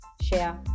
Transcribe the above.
share